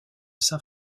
saint